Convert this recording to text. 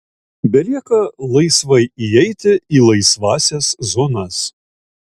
belieka laisvai įeiti į laisvąsias zonas